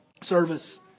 service